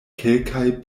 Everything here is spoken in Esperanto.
kelkaj